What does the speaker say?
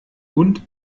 und